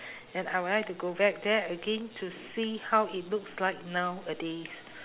and I would like to go back there again to see how it looks like nowadays